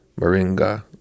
Moringa